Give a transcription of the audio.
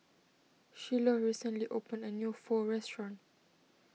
Shiloh recently opened a new Pho restaurant